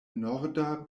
norda